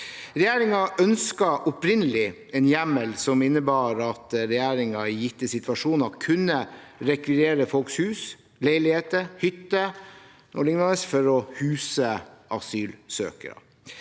Regjeringen ønsket opprinnelig en hjemmel som innebar at den i gitte situasjoner kunne rekvirere folks hus, leiligheter, hytter o.l., for å huse asylsøkere.